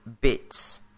bits